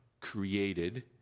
created